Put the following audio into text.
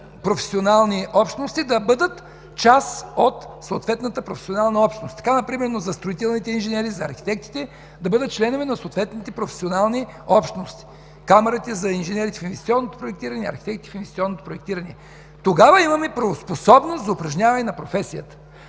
професионални общности, да бъдат част от съответната професионална общност. Така например за строителните инженери, за архитектите – да бъдат членове на съответните професионални общности – камарите за инженерите в инвестиционното проектиране, архитектите в инвестиционното проектиране. Тогава имаме правоспособност за упражняване на професията.